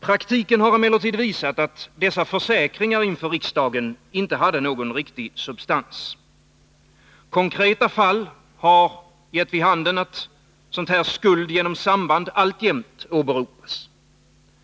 Praktiken har emellertid visat att dessa försäkringar inför riksdagen inte hade någon riktig substans. Konkreta fall har gett vid handen att skuld genom samband alltjämt åberopas.